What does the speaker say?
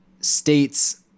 states